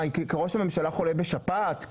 מה כי ראש הממשלה חולה בשפעת?